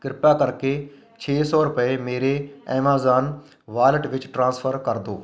ਕਿਰਪਾ ਕਰਕੇ ਛੇ ਸੌ ਰੁਪਏ ਮੇਰੇ ਐਮਾਜ਼ਾਨ ਵਾਲਟ ਵਿੱਚ ਟ੍ਰਾਂਸਫਰ ਕਰ ਦਿਉ